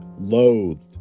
loathed